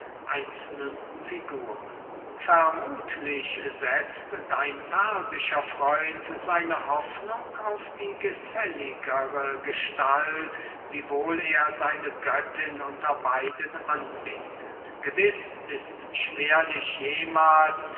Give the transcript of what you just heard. einzelnen figuren vermuthlich setzt dein persischer freund seine hoffnung auf die gefälligere gestalt wiewohl er seine göttin unter beiden anbetet gewiß ist schwerlich jemahls